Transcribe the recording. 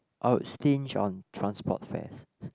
I will stinge on transport fares